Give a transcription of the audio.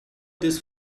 this